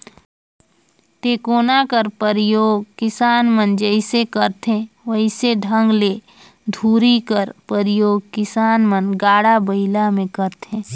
टेकोना कर परियोग किसान मन जइसे करथे वइसने ढंग ले धूरी कर परियोग किसान मन गाड़ा बइला मे करथे